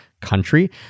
country